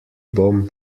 bom